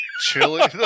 Chili